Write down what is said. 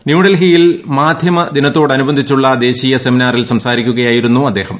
ന്യൂഡൽഹിയിൽ മാധ്യമ ദിനത്തോട് അനുബന്ധിച്ചുള്ള ദേശീയ സെമിനാറിൽ സംസാരിക്കുകയായിരുന്നു അദ്ദേഹം